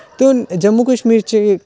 ते हून जम्मू कश्मीर च